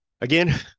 Again